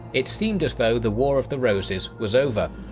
it seemed as though the war of the roses was over.